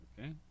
Okay